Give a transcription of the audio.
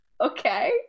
Okay